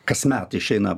kasmet išeina